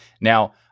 Now